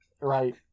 Right